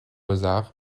mozart